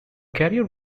career